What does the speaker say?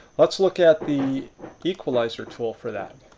let's look at the equalizer tool for that.